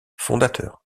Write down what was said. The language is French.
fondateur